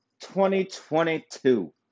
2022